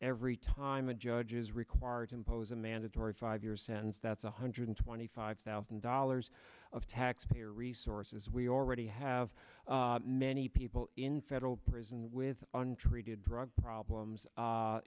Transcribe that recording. every time a judge is required to impose a mandatory five year sentence that's one hundred twenty five thousand dollars of taxpayer resources we already have many people in federal prison with untreated drug problems